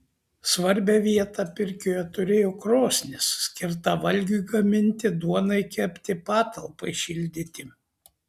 svarbią vietą pirkioje turėjo krosnis skirta valgiui gaminti duonai kepti patalpai šildyti